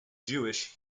jewish